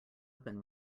open